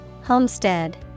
Homestead